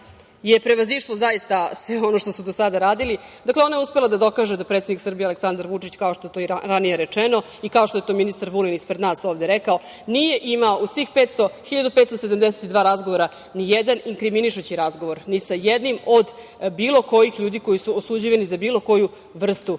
je prevazišlo zaista sve ono što su do sada radili. Dakle, ona je uspela da dokaže da predsednik Aleksandar Vučić, kao što je to i ranije rečeno i kao što je to ministar Vulin ispred nas ovde rekao, nije imao u svih 1.572 razgovora nijedan inkriminišući razgovor ni sa jednim od bilo kojih ljudi koji su osuđivani za bilo koju vrstu